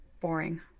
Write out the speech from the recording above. Boring